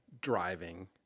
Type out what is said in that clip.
driving